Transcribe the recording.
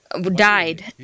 died